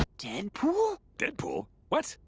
deadpool? deadpool? what?